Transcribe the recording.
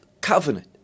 covenant